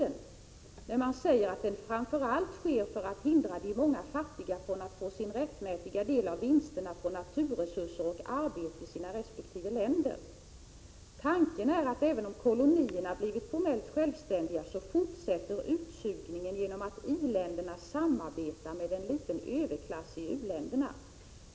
Där sägs: ”Ett sätt att se på militäriseringen i tredje världen är att den framförallt sker för att hindra de många fattiga från att få sin rättmätiga del av vinsterna från naturresurser och arbete i sina respektive länder. ———- Tanken är att även om kolonierna blivit formellt självständiga så fortsätter utsugningen genom att i-länderna samarbetar med en liten överklass i u-länderna.